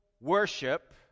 worship